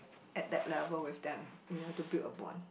at that level with them you know to build a bond